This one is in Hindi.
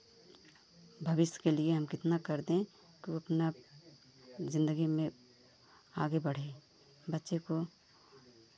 भविष्य के लिए हम कितना कर दें कि वो अपना ज़िंदगी में आगे बढ़े बच्चे को